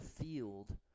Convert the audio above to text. field